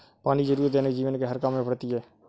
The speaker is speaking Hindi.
पानी की जरुरत दैनिक जीवन के हर काम में पड़ती है